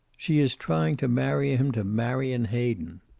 she is trying to marry him to marion hayden.